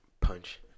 Punch